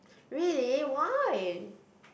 really why